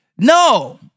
No